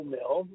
Mill